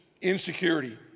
insecurity